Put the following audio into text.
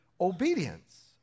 obedience